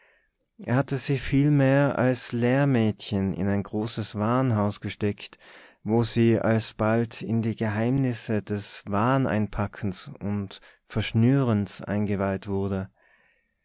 er hatte sie vielmehr als lehrmädchen in ein großes warenhaus gesteckt wo sie alsbald in die geheimnisse des wareneinpackens und verschnürens eingeweiht wurde